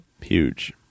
huge